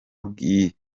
bwihisho